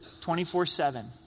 24-7